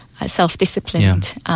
self-disciplined